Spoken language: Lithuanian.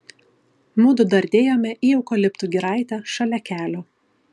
mudu dardėjome į eukaliptų giraitę šalia kelio